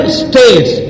states